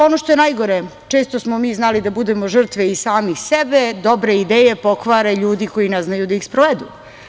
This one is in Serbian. Ono što je najgore, često smo mi znali da budemo žrtve i sami sebe, dobre ideje pokvare ljudi koji ne znaju da ih sprovedu.